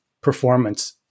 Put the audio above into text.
performance